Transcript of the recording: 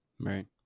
right